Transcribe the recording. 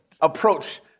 approach